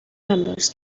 members